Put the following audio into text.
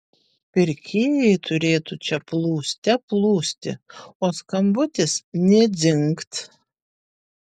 pirkėjai turėtų čia plūste plūsti o skambutis nė dzingt